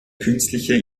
künstliche